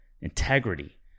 integrity